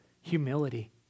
humility